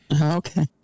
Okay